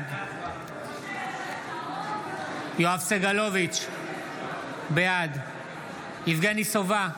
בעד יואב סגלוביץ' בעד יבגני סובה,